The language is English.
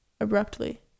abruptly